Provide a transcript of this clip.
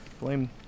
Blame